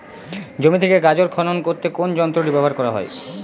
জমি থেকে গাজর খনন করতে কোন যন্ত্রটি ব্যবহার করা হয়?